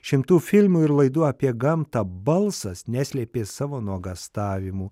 šimtų filmų ir laidų apie gamtą balsas neslėpė savo nuogąstavimų